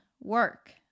work